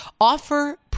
offer